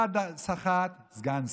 אחד סחט סגן שר,